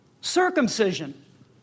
circumcision